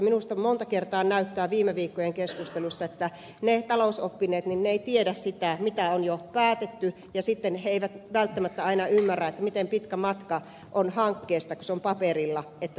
minusta monta kertaa on näyttänyt viime viikkojen keskustelussa että talousoppineet eivät tiedä sitä mitä on jo päätetty ja sitten he eivät välttämättä aina ymmärrä miten pitkä matka on hankkeesta kun se on paperilla sehän on rakennustyömaa